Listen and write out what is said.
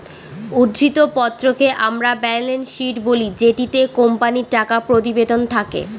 উদ্ধৃত্ত পত্রকে আমরা ব্যালেন্স শীট বলি যেটিতে কোম্পানির টাকা প্রতিবেদন থাকে